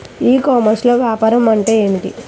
ఈ కామర్స్లో వ్యాపారం అంటే ఏమిటి?